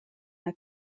mae